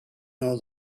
know